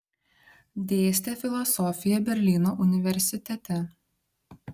dėstė filosofiją berlyno universitete